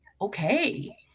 okay